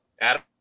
Adam